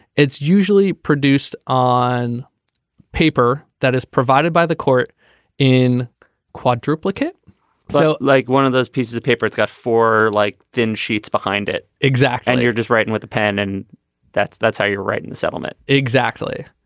it's usually produced on paper that is provided by the court in quadrupling it so like one of those pieces of paper it's got for like thin sheets behind it exact and you're just writing with a pen and that's that's how you're writing the settlement exactly.